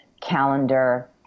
calendar